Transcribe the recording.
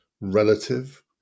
relative